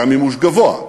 היה מימוש גבוה,